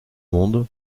monde